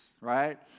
right